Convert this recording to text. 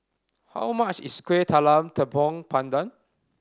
how much is Kueh Talam Tepong Pandan